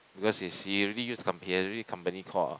because his he already use com~ he had already company core